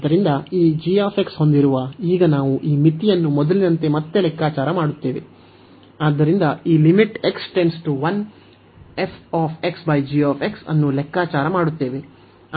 ಆದ್ದರಿಂದ ಈ g ಹೊಂದಿರುವ ಈಗ ನಾವು ಈ ಮಿತಿಯನ್ನು ಮೊದಲಿನಂತೆ ಮತ್ತೆ ಲೆಕ್ಕಾಚಾರ ಮಾಡುತ್ತೇವೆ ಆದ್ದರಿಂದ ಈ ಅನ್ನು ಲೆಕ್ಕಾಚಾರ ಮಾಡುತ್ತೇವೆ